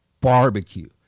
barbecue